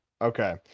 Okay